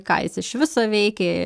ką jis iš viso veikia